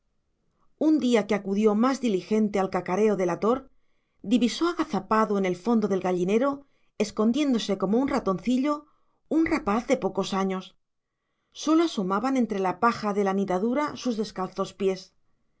un día que acudió más diligente al cacareo delator divisó agazapado en el fondo del gallinero escondiéndose como un ratoncillo un rapaz de pocos años sólo asomaban entre la paja de la nidadura sus descalzos pies nucha tiró de